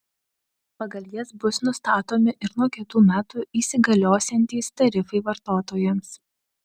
pagal jas bus nustatomi ir nuo kitų metų įsigaliosiantys tarifai vartotojams